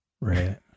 right